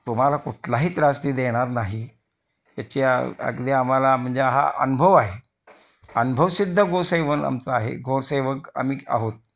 तुम्हाला कुठलाही त्रास ती देणार नाही याची अगदी आम्हाला म्हणजे हा अनुभव आहे अनुभव सिद्ध गो सेवन आमचं आहे गोसेवक आम्ही आहोत